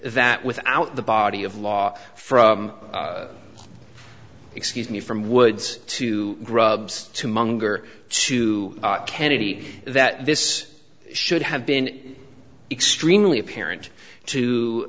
that without the body of law from excuse me from woods to grubb's to monger to kennedy that this should have been extremely apparent to